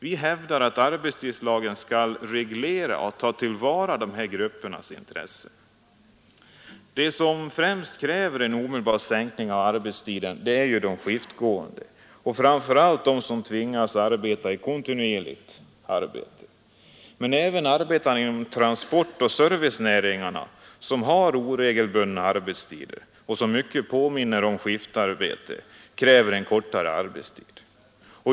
Vi hävdar att arbetstidslagen skall reglera och ta till vara dessa gruppers intressen. De som främst kräver en omedelbar sänkning av arbetstiden är de skiftgående och framför allt de som tvingas arbeta i kontinuerlig drift. Men arbetarna inom transportoch servicenäringarna, som har oregelbundna arbetstider och ett arbete som mycket påminner om skiftarbete, kräver också en kortare arbetstid.